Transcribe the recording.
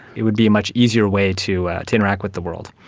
it would be a much easier way to to interact with the world.